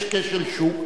יש כשל שוק,